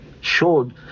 showed